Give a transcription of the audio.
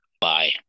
bye